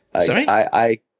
Sorry